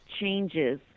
changes